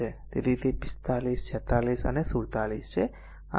તેથી તે 45 46 અને 47 છે આ સમીકરણ સંખ્યા છે